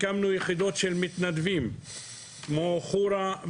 הקמנו יחידות מתנדבים בחורה,